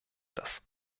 dass